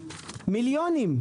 מיליונים,